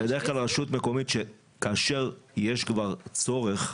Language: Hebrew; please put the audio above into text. כאשר יש כבר צורך,